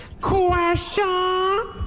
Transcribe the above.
question